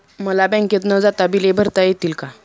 मला बँकेत न जाता बिले भरता येतील का?